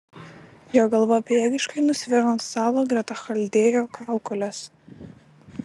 jo galva bejėgiškai nusviro ant stalo greta chaldėjo kaukolės